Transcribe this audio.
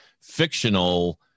fictional